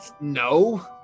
No